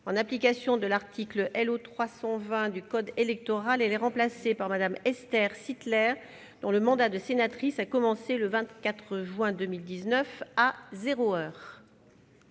En application de l'article L.O. 320 du code électoral, elle est remplacée par Mme Esther Sittler, dont le mandat de sénatrice a commencé le 24 juin 2019, à zéro heure.